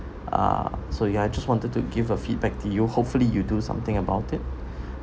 ah so ya I just wanted to give a feedback to you hopefully you do something about it